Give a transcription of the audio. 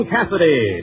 Cassidy